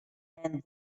and